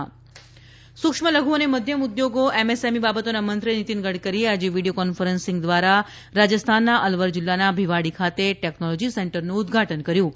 Gadkari MSME સૂક્ષ્મ લઘુ અને મધ્યમ ઉદ્યોગો એમએસએમઇ બાબતોના મંત્રી નીતિન ગડકરીએ આજે વીડિયો કોન્ફરન્સિંગ દ્વારા રાજસ્થાનના અલવર જિલ્લાના ભીવાડી ખાતે ટેકનોલોજી સેન્ટરનું ઉદઘાટન કર્યું છે